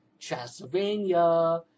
Transylvania